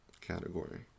category